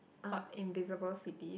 called invisible cities